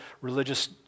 religious